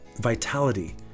vitality